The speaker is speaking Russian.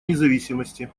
независимости